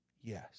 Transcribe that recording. Yes